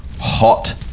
hot